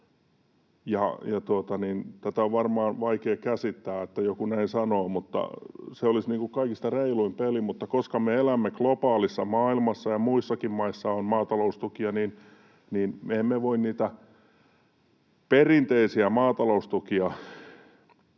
Tätä on varmaan vaikea käsittää, että joku näin sanoo, mutta se olisi kaikista reiluin peli. Mutta koska me elämme globaalissa maailmassa ja muissakin maissa on maataloustukia, niin me emme voi niitä perinteisiä maataloustukia